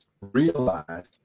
realize